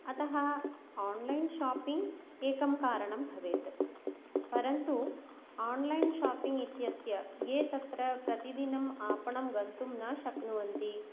अतः online shopping एकं कारणं भवेत् परन्तु आन्लैन् शापिङ् इत्यस्य ये तत्र प्रतिदिनम् आपणं गन्तुं न शक्नुवन्ति